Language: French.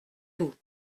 vous